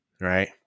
right